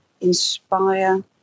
inspire